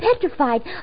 petrified